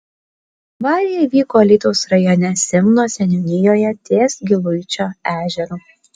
avarija įvyko alytaus rajone simno seniūnijoje ties giluičio ežeru